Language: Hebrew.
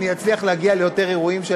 אני אצליח להגיע ליותר אירועים של